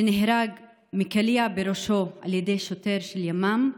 שנהרג מקליע בראשו על ידי שוטר של ימ"מ,